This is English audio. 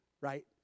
right